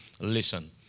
listen